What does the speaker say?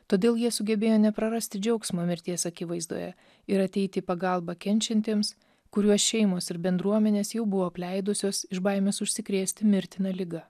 todėl jie sugebėjo neprarasti džiaugsmo mirties akivaizdoje ir ateiti į pagalbą kenčiantiems kuriuos šeimos ir bendruomenės jau buvo apleidusios iš baimės užsikrėsti mirtina liga